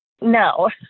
No